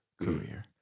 career